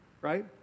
right